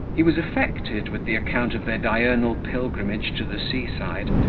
he was affected with the account of their diurnal pilgrimage to the sea-side,